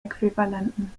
äquivalenten